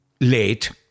late